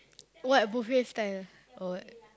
what buffet style oh